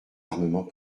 armements